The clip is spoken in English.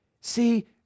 See